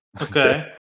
Okay